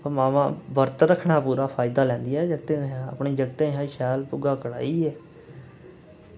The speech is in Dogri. मावां बर्त रक्खने दा पूरा फायदा लैंदे ते अपने जगतें कशा शैल भुग्गा कुटाइयै